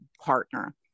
partner